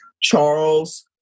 Charles